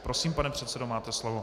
Prosím, pane předsedo, máte slovo.